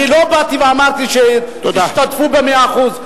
אני לא באתי ואמרתי שתשתתפו ב-100%.